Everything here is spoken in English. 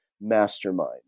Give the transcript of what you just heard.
mastermind